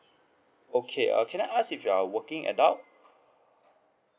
okay err can I ask if you're working adult